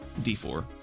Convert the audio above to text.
D4